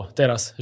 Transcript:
teraz